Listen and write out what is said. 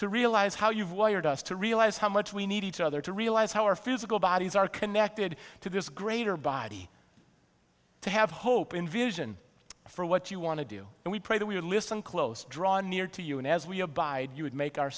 to realize how you've wired us to realize how much we need each other to realize how our physical bodies are connected to this greater body to have hope in vision for what you want to do and we pray that we listen close drawn near to you and as we abide you would make our